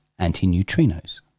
antineutrinos